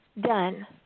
done